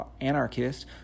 anarchist